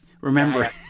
remember